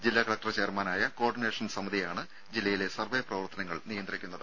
ജില്ലാ കലക്ടർ ചെയർമാനായ co ordination സമിതിയാണ് ജില്ലയിലെ സർവ്വെ പ്രവർത്തനങ്ങൾ നിയന്ത്രിക്കുന്നത്